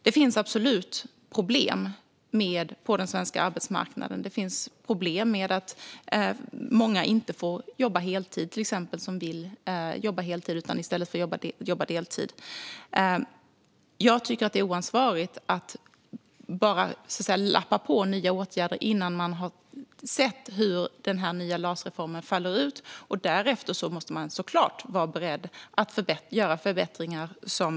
Det finns absolut problem på svensk arbetsmarknad med att många som vill jobba heltid i stället får jobba deltid. Jag tycker dock att det är oansvarigt att bara lappa på nya åtgärder innan man har sett hur den nya LAS-reformen faller ut, men därefter måste man givetvis vara beredd att göra förbättringar.